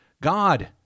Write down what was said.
God